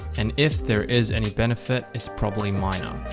and if there is any benefit, it's probably minor.